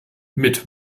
mit